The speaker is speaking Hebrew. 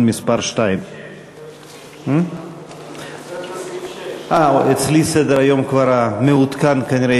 מס' 2). אצלנו זה סעיף 6. אצלי סדר-היום כבר מעודכן כנראה.